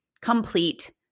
complete